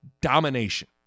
domination